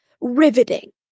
riveting